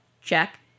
check